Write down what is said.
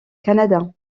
canada